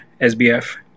SBF